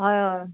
हय हय